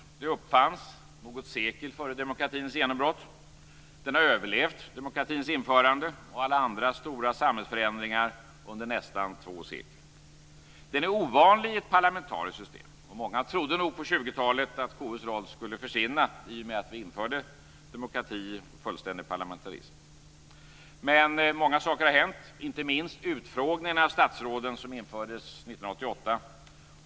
Det uppfanns något sekel före demokratins genombrott. Det har överlevt demokratins införande och alla andra stora samhällsförändringar under nästan två sekel. Det är ovanligt i ett parlamentariskt system. Många trodde nog på 20-talet att KU:s roll skulle försvinna i och med att vi införde demokrati och fullständig parlamentarism. Men många saker har hänt, inte minst utfrågningen av statsråden, som infördes 1988.